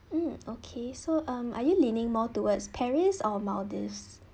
um okay so um are you leaning more towards paris or maldives